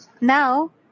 Now